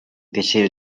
piacere